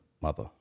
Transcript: mother